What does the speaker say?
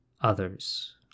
others